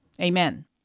amen